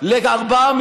רוצים יותר כסף